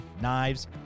knives